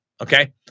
Okay